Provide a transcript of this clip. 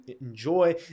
enjoy